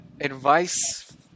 advice